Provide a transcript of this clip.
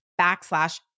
backslash